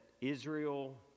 Israel